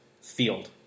field